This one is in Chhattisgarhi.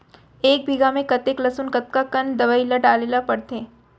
एक बीघा में कतेक लहसुन कतका कन दवई ल डाले ल पड़थे?